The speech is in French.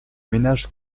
ménages